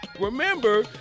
Remember